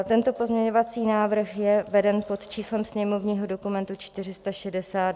Tento pozměňovací návrh je veden pod číslem sněmovního dokumentu 462.